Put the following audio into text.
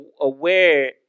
aware